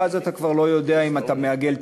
ואז אתה כבר לא יודע אם אתה מעגל את